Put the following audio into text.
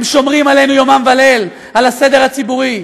הם שומרים עלינו יומם וליל, על הסדר הציבורי.